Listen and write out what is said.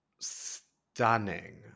Stunning